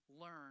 learn